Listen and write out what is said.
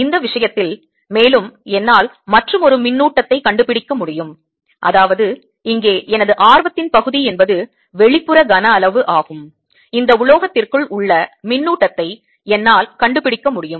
இந்த விஷயத்தில் மேலும் என்னால் மற்றுமொரு மின்னூட்டத்தை கண்டுபிடிக்க முடியும் அதாவது இங்கே எனது ஆர்வத்தின் பகுதி என்பது வெளிப்புற கனஅளவு ஆகும் இந்த உலோகத்திற்குள் உள்ள மின்னூட்டத்தை என்னால் கண்டுபிடிக்க முடியும்